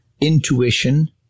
intuition